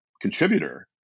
contributor